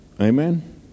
Amen